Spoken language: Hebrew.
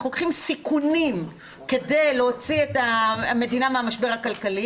אנחנו לוקחים סיכונים כדי להוציא את המדינה מהמשבר הכלכלי,